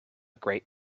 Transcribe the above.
great